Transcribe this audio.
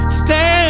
stand